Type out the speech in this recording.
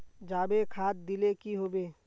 जाबे खाद दिले की होबे?